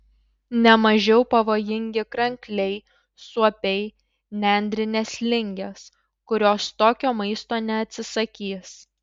ne mažiau pavojingi krankliai suopiai nendrinės lingės kurios tokio maisto neatsisakys